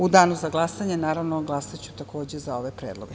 U danu za glasanje naravno glasaću takođe za ove predloge.